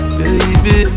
baby